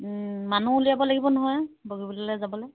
মানুহ উলিয়াব লাগিব নহয় বগীবিললৈ যাবলৈ